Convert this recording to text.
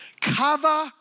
cover